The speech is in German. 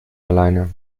alleine